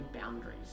boundaries